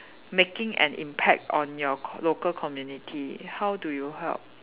making an impact on your co~ local community how do you help